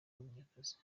munyakazi